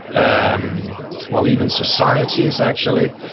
um well even societies actually,